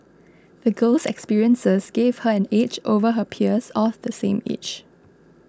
the girl's experiences gave her an edge over her peers of the same age